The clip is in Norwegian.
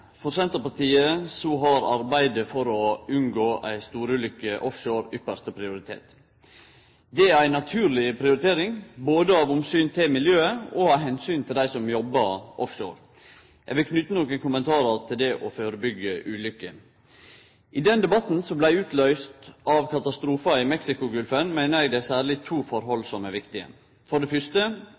For Senterpartiet har arbeidet for å unngå ei storulykke offshore ypparste prioritet. Det er ei naturleg prioritering, både av omsyn til miljøet og av omsyn til dei som jobbar offshore. Eg vil knyte nokre kommentarar til det å førebyggje ulykker. I den debatten som blei utløyst av katastrofa i Mexicogolfen, meiner eg det er særleg to forhold som er viktige. For det fyrste: